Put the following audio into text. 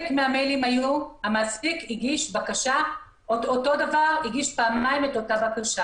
מהמיילים המעסיק הגיש פעמיים את אותה בקשה.